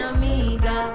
Amiga